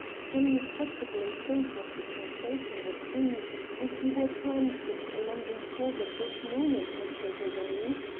can you possibly think what the sensation would be if you were plunged into a london fog at this moment, mr. daubeney?